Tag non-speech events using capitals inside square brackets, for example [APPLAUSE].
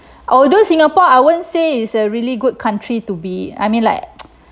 although singapore I won't say it's a really good country to be I mean like [NOISE]